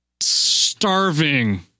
starving